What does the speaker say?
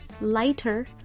lighter